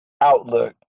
outlook